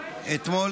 אתמול